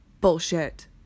bullshit